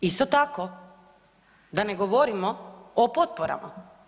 Isto tako da ne govorimo o potporama.